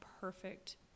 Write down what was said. perfect